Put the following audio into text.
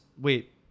wait